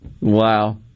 Wow